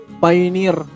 pioneer